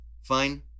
fine